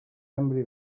sembre